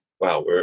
wow